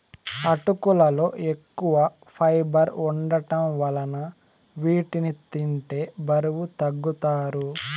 అటుకులలో ఎక్కువ ఫైబర్ వుండటం వలన వీటిని తింటే బరువు తగ్గుతారు